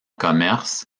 commerce